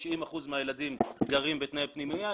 90% מהילדים גרים בתנאי פנימייה.